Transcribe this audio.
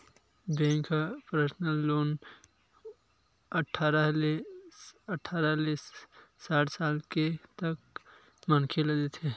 bank ह personal loan अठारह ले साठ साल तक के मनखे ल देथे